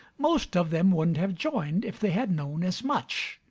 most of them wouldn't have joined if they had known as much.